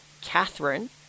Catherine